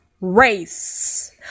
race